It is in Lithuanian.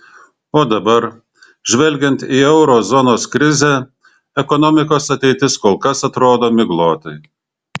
o dabar žvelgiant į euro zonos krizę ekonomikos ateitis kol kas atrodo miglotai